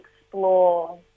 explore